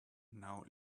now